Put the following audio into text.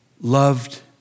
loved